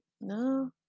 No